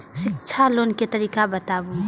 शिक्षा लोन के तरीका बताबू?